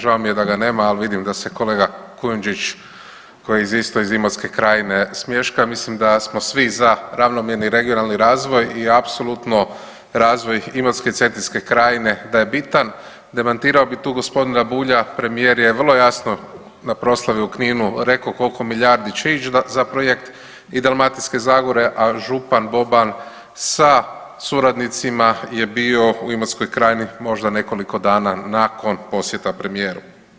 Žao mi je da ga nema, ali vidim da se kolega Kujundžić koji je isto iz Imotske krajine smješka mislim da smo svi za ravnomjerni regionalni razvoj i apsolutno razvoj Imotske i Cetinske krajine da je bitan, demantirao bi tu g. Bulja premijer je vrlo jasno na proslavi u Kninu rekao koliko milijardi će ići za projekt i Dalmatinske zagore, a župan Boban sa suradnicima je bio u Imotskoj krajini možda nekoliko dana nakon posjeta premijeru.